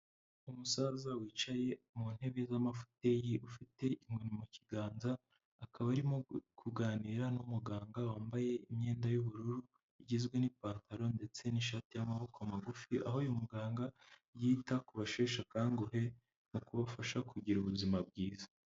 Umusaza wicaye mu ntebe z'amafuteye ufite inkoni mu kiganza, akaba arimo kuganira n'umuganga wambaye imyenda y'ubururu igizwe n'ipantaro ndetse n'ishati y'amaboko magufi, aho uyu muganga yita ku basheshe akanguhe no kubafasha kugira ubuzima bwiza.